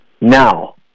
Now